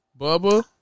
Bubba